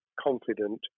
confident